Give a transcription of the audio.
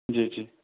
جی جی